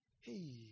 Hey